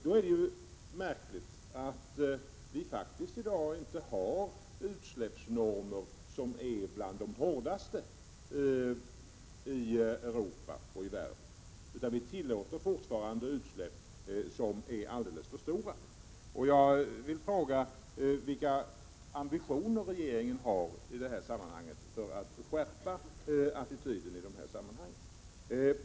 Då är det märkligt att vi i dag faktiskt inte har utsläppsnormer som är bland de hårdaste i Europa eller i världen. Vi tillåter fortfarande utsläpp som är alldeles för stora. Jag vill fråga vilka ambitioner regeringen har i det här sammanhanget för att skärpa attityden på detta område.